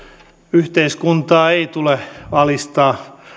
yhteiskuntaa ei tule alistaa